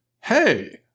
hey